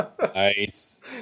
nice